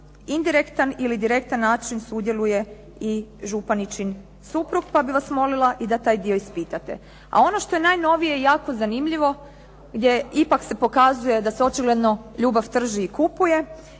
indirektan ili direktan način sudjeluje i županičin suprug, pa bih vas molila i da taj dio ispitate. A ono što je najnovije jako zanimljivo je ipak se pokazuje da se očigledno ljubav trži i kupuje